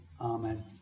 Amen